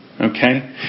Okay